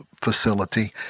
facility